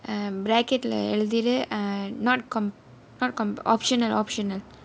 um bracket leh எழுதிரு:ezhuthiru uh not not optional optional